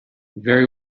very